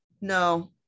no